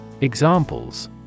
Examples